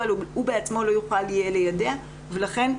הוא בעצמו לא יוכל ליידע ולכן,